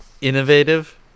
innovative